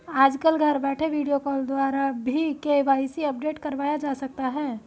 आजकल घर बैठे वीडियो कॉल द्वारा भी के.वाई.सी अपडेट करवाया जा सकता है